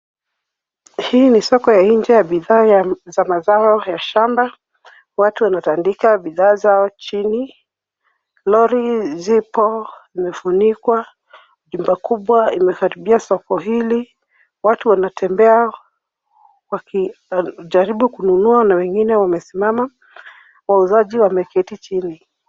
Hii ni soko ya nje ya bidhaa za mazao za shamba. Watu wanatandika bidhaa zao chini . Lori zipo imefunikwa. Nyumba kubwa imekaribia soko hili. Watu wanatembea wakijaribu kununua na wengine wamesimama . Wauzaji wameketi chini.